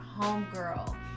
homegirl